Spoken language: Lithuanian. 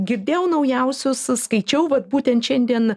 girdėjau naujausius ss skaičiau vat būtent šiandien